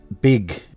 big